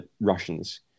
Russians